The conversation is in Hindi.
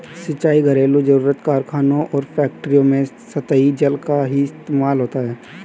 सिंचाई, घरेलु जरुरत, कारखानों और फैक्ट्रियों में सतही जल का ही इस्तेमाल होता है